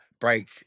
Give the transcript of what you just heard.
break